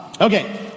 Okay